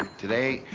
today,